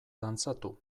dantzatu